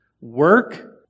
Work